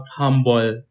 humble